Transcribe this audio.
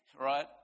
Right